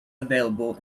available